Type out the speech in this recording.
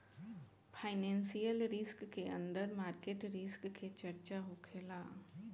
financial risk के अंदर market risk के चर्चा होखेला